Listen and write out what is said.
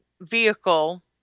vehicle